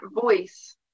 voice